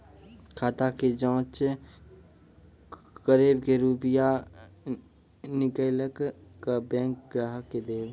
खाता के जाँच करेब के रुपिया निकैलक करऽ बैंक ग्राहक के देब?